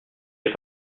est